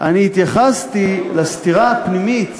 אני התייחסתי לסתירה הפנימית